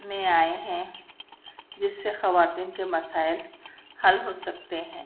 میں آئے ہیں جس سے خواتین کے مسائل حل ہو سکتے ہیں